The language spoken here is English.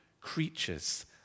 creatures